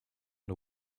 the